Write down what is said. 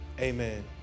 amen